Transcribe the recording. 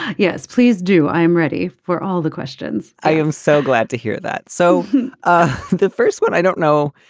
yes please do. i'm ready for all the questions. i am so glad to hear that so ah the first one i don't know